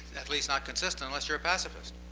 at least not consistent, unless you're a pacifist.